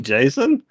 Jason